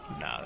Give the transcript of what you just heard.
No